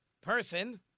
person